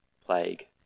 plague